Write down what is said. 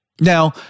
Now